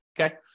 okay